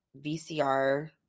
VCR